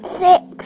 six